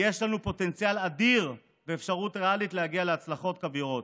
יש לנו פוטנציאל אדיר ואפשרות ריאלית להגיע להצלחות כבירות,